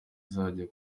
izajya